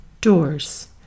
doors